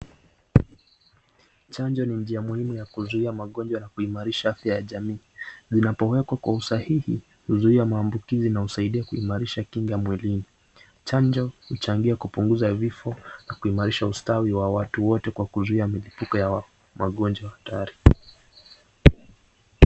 Chanjo ni njia muhimu ya kuzuia magonjwa na kuimarisha afya ya jamii, zinapowekwa kwa usahihi, huzuia maambukizi na husaidia kuzuia kinga mwilini. Chanjo huchangia kupunguza vifo na kuimarisha ustawi wa watu wote na kuzuia malipuko ya magonjwa tayari.